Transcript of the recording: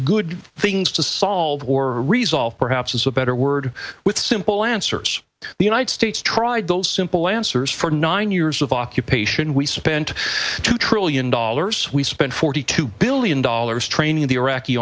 good things to solve or resolve perhaps is a better word with simple answers the united states tried those simple answers for nine years of occupation we spent two trillion dollars we spent forty two billion dollars training the iraqi